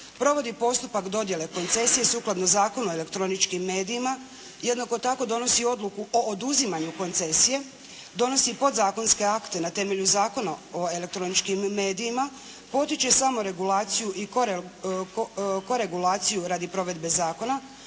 provodi postupak dodjele koncesije sukladno Zakonu o elektroničkim medijima. Jednako tako donosi odluku o oduzimanju koncesije, donosi podzakonske akte na temelju Zakona o elektroničkim medijima, potiče samoregulaciju i koregulaciju radi provedbe zakona,